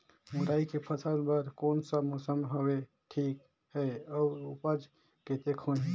मुरई के फसल बर कोन सा मौसम हवे ठीक हे अउर ऊपज कतेक होही?